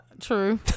True